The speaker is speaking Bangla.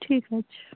ঠিক আছে